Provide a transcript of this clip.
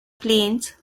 plains